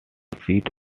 seat